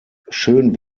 schön